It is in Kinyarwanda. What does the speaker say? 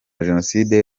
jenoside